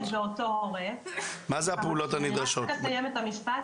אני רק אסיים את המשפט.